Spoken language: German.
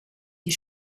die